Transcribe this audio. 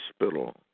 hospital